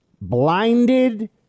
blinded